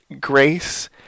Grace